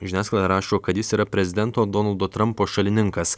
žiniasklaida rašo kad jis yra prezidento donaldo trampo šalininkas